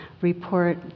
report